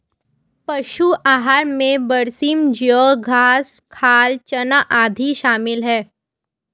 पशु आहार में बरसीम जौं घास खाल चना आदि शामिल है